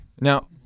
Now